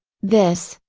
this,